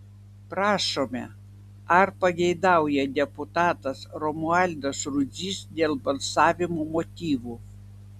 prašome ar pageidauja deputatas romualdas rudzys dėl balsavimo motyvų